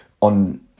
on